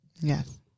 Yes